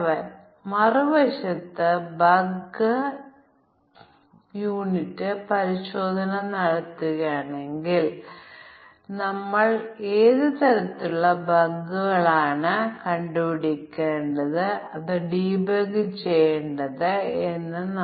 സാധുവായ സമവാക്യങ്ങൾക്ക് നമുക്ക് യഥാർത്ഥവും സങ്കീർണ്ണവും യഥാർത്ഥവുമായ യാദൃശ്ചികവും അതുല്യവുമായ ഉണ്ടായിരിക്കാം